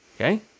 Okay